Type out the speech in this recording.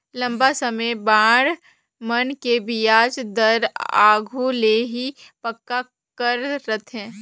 लंबा समे बांड मन के बियाज दर आघु ले ही पक्का कर रथें